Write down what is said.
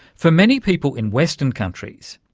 for many people in western countries,